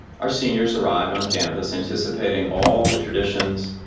our seniors arrived on campus anticipating all the traditions,